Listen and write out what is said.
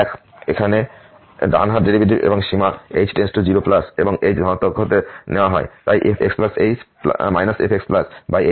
এক এখানে ডান হাত ডেরিভেটিভ এবং সীমা h → 0 এবং h ধনাত্মক হতে নেওয়া হয় তাই fx h fxh